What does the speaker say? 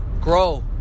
Grow